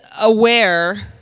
aware